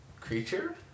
creature